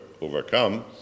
overcome